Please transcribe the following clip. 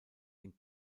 den